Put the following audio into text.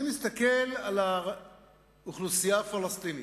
אני מסתכל על האוכלוסייה הפלסטינית.